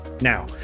Now